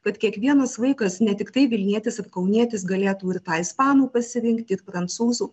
kad kiekvienas vaikas ne tiktai vilnietis ar kaunietis galėtų ir tą ispanų pasirinkti ir prancūzų